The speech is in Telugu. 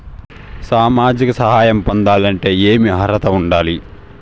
సామాజిక సహాయం పొందాలంటే ఏమి అర్హత ఉండాలి?